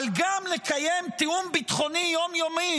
אבל גם לקיים תיאום ביטחוני יום-יומי